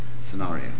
scenario